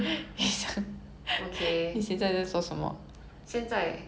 现在跟你讲话 lor